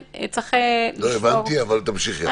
לא הבנתי, אבל תמשיכי הלאה.